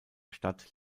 stadt